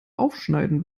aufschneiden